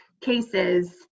cases